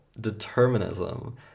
determinism